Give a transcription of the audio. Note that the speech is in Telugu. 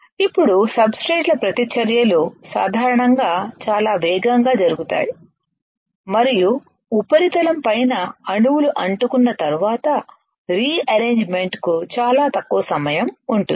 ఇప్పుడు సబ్ స్ట్రేట్ ల ప్రతిచర్యలు సాధారణంగా చాలా వేగంగా జరుగుతాయి మరియు ఉపరితలం పైన అణువులు అంటుకున్న తర్వాతరీ అరేంజ్ మెన్ట్ కు చాలా తక్కువ సమయం ఉంటుంది